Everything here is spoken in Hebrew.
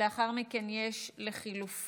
לאחר מכן יש לחלופין.